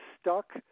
stuck